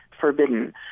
forbidden